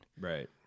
Right